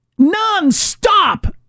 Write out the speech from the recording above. nonstop